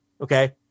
Okay